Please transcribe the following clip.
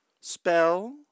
spell